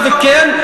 וכן,